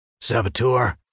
Saboteur